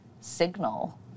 signal